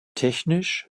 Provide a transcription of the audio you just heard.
technisch